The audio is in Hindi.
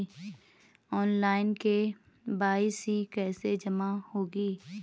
ऑनलाइन के.वाई.सी कैसे जमा होगी?